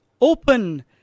Open